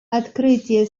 открытие